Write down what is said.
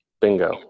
Bingo